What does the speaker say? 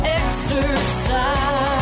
exercise